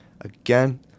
again